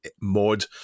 mod